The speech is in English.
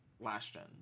last-gen